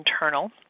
internal